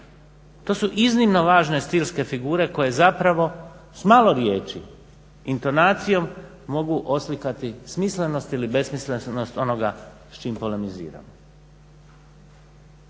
to su iznimno važne stilske figure koje zapravo s malo riječi intonacijom mogu oslikati smislenost ili besmislenost onoga s čim polemiziramo.